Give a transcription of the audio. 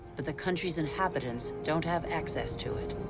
but the country's inhabitants don't have access to it.